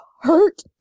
hurt